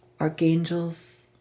archangels